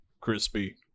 Crispy